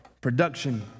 Production